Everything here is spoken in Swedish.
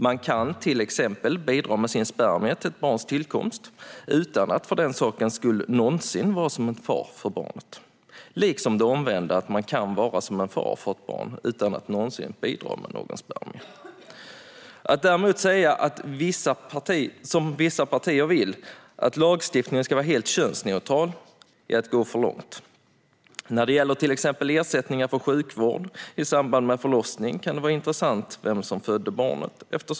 Man kan till exempel bidra med sin spermie till ett barns tillkomst utan att för den sakens skull någonsin vara som en far för barnet, liksom det omvända: Man kan vara som en far för ett barn utan att någonsin bidra med någon spermie. Att däremot säga, som vissa partier vill, att lagstiftningen ska vara helt könsneutral är att gå för långt. När det gäller till exempel ersättningar för sjukvård i samband med en förlossning kan det vara intressant att veta vem som födde barnet.